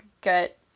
get